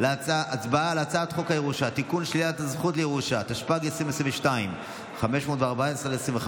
להלן תוצאות ההצבעה: 39 בעד, אין מתנגדים,